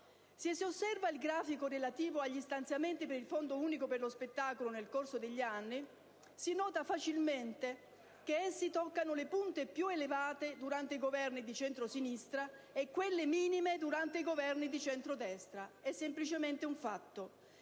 Se si osserva il grafico relativo agli stanziamenti per il Fondo unico per lo spettacolo nel corso degli anni, si nota facilmente che essi toccano le punte più elevate durante i Governi di centrosinistra e quelle minime durante i Governi di centrodestra. E semplicemente un fatto.